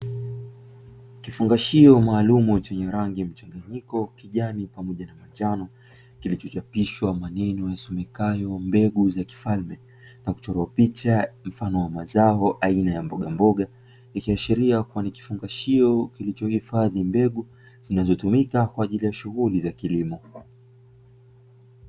Kifungashio maalumu chenye rangi mchanganyiko, kijani pamoja na manjano, kilichochapishwa maneno yasomekayo "mbegu za kifalme", na kuchorwa picha mfano wa mazao aina ya mbogamboga, ikiashiria kuwa ni kifungashio kilichohifadhi mbegu zinazotumika kwa ajili ya shughuli za kilimo.